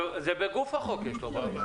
בגוף החוק יש לו בעיה.